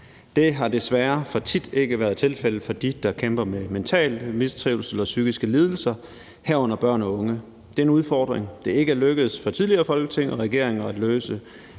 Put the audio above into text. Det har desværre for tit ikke været tilfældet for dem, der kæmper med mental mistrivsel og psykiske lidelser, herunder børn og unge. Det er en udfordring, som det ikke er lykkedes for tidligere Folketing og regeringer at løse.